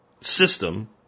system